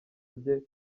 rye